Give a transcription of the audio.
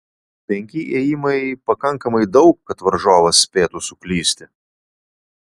penki ėjimai pakankamai daug kad varžovas spėtų suklysti